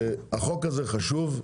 החוק הזה חשוב,